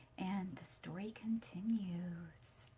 and the story continues.